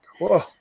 Whoa